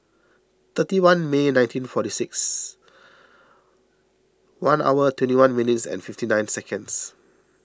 thirty one May nineteen forty six one hour twenty one minutes fifty nine seconds